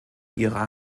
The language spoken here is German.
ihrer